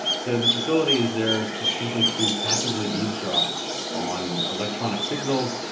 so the facility is there simply to passively eavesdrop on electronic signals,